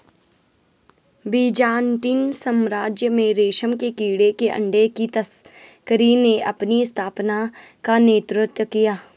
Byzantine साम्राज्य में रेशम के कीड़े के अंडे की तस्करी ने अपनी स्थापना का नेतृत्व किया